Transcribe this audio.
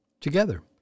Together